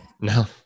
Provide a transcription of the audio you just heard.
No